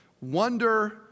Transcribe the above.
Wonder